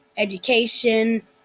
education